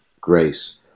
grace